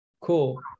Cool